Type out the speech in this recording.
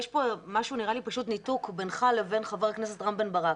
נראה לי שיש ניתוק בינך לבין ח"כ רם בן ברק.